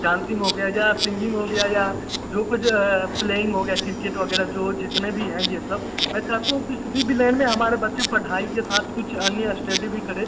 dancing हो गया singing हो गया या जो कुछ प्लेईंग हो गया किर्केट वग़ैरह जो जितने भी हैं ये सब मैं चाहता हूँ कि किसी भी लाइन में हमारे बच्चे पढ़ाई के साथ कुछ अन्य अस्टडी भी करें